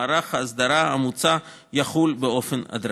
מערך ההסדרה יחול באופן הדרגתי.